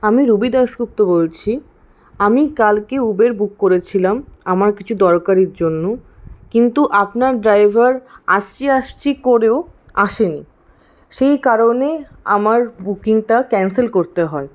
আমি রুবি দাশগুপ্ত বলছি আমি কালকে উবের বুক করেছিলাম আমার কিছু দরকারের জন্য কিন্তু আপনার ড্রাইভার আসছি আসছি করেও আসেনি সেই কারণে আমার বুকিংটা ক্যান্সেল করতে হয়